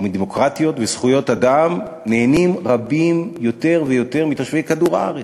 או מדמוקרטיות ומזכויות אדם נהנים רבים יותר ויותר מתושבי כדור-הארץ.